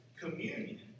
communion